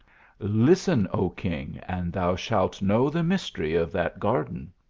listen, o king, and thou shaft know the mystery of that garden.